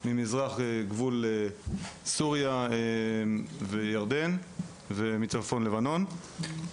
ממזרח גבול סוריה וירדן ומצפון לבנון.